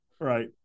Right